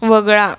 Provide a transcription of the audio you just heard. वगळा